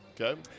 Okay